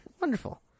Wonderful